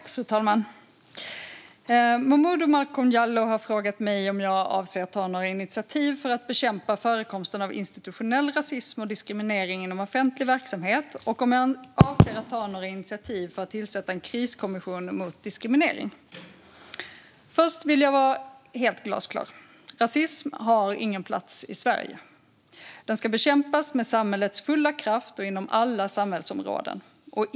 Fru talman! Momodou Malcolm Jallow har frågat mig om jag avser att ta några initiativ för att bekämpa förekomsten av institutionell rasism och diskriminering inom offentlig verksamhet och om jag avser att ta några initiativ för att tillsätta en kriskommission mot diskriminering. Låt mig allra först vara glasklar. Rasismen har ingen plats i Sverige. Den ska bekämpas med samhällets fulla kraft och inom alla samhällsområden.